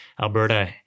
Alberta